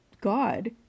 God